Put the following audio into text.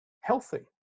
healthy